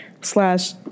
slash